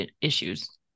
issues